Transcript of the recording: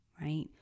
right